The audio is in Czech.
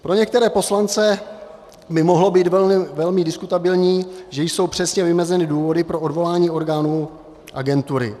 Pro některé poslance by mohlo být velmi diskutabilní, že jsou přesně vymezeny důvody pro odvolání orgánů agentury.